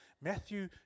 Matthew